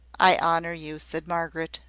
i honour you, said margaret.